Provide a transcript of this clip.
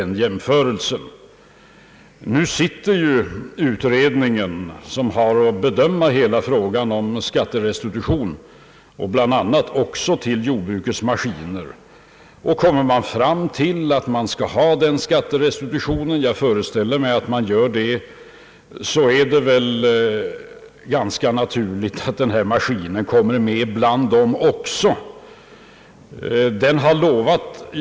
Nu finns det ju en utredning som har att bedöma hela frågan om skatterestitutionen, bl.a. också i fråga om skatt på drivmedel för jordbruksmaskiner. Om utredningen kommer fram till att restitution skall beviljas vad beträffar jordbruksmaskiner — jag föreställer mig att så blir fallet — så är det väl ganska naturligt att bestämmelsen kommer att omfatta även betupptagningsmaskiner.